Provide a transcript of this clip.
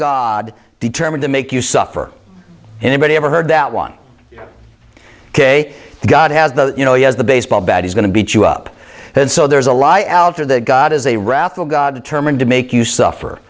god determined to make you suffer anybody ever heard that one ok god has the you know he has the baseball bat he's going to beat you up then so there's a lie out there that god is a wrathful god determined to make you suffer